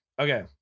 Okay